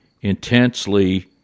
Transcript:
intensely